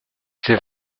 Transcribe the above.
c’est